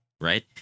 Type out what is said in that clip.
right